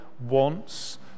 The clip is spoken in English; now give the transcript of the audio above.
wants